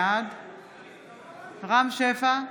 בעד רם שפע,